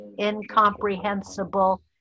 incomprehensible